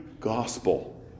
gospel